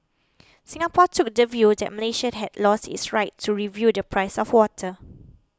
Singapore took the view that Malaysia had lost its right to review the price of water